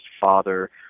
father